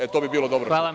E, to bi bilo dobro.